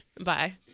Bye